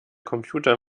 computer